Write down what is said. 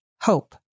hope